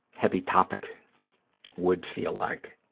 heavy topic would feel like,